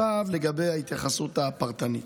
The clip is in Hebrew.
לגבי ההתייחסות הפרטנית: